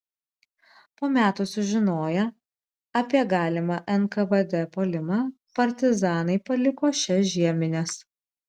po metų sužinoję apie galimą nkvd puolimą partizanai paliko šias žiemines